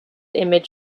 image